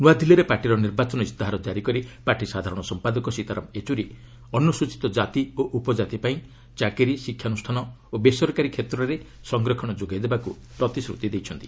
ନ୍ନଆଦିଲ୍ଲୀରେ ପାର୍ଟିର ନିର୍ବାଚନ ଇସ୍ତାହାର କାରି କରି ପାର୍ଟି ସାଧାରଣ ସମ୍ପାଦକ ସୀତାରାମ ୟେଚୁରୀ ଅନୁସୂଚୀତ କାତି ଓ ଉପଜାତି ପାଇଁ ଚାକିରି ଶିକ୍ଷାନୁଷ୍ଠାନ ଓ ବେସରକାରୀ କ୍ଷେତ୍ରରେ ସଂରକ୍ଷଣ ଯୋଗାଇ ଦେବାକୁ ପ୍ରତିଶ୍ରତି ଦେଇଛନ୍ତି